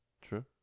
True